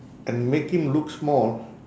and make him look small